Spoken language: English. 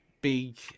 big